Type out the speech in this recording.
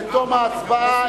בתום ההצבעה,